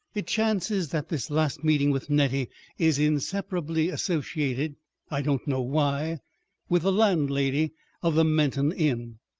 it chances that this last meeting with nettie is inseparably associated i don't know why with the landlady of the menton inn.